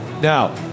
Now